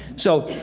so,